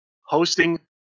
hosting